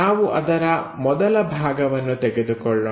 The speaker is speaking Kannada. ನಾವು ಅದರ ಮೊದಲ ಭಾಗವನ್ನು ತೆಗೆದುಕೊಳ್ಳೋಣ